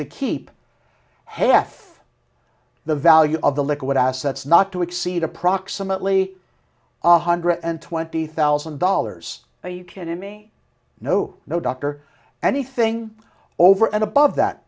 to keep half the value of the liquid assets not to exceed approximately one hundred and twenty thousand dollars are you kidding me no no doctor anything over and above that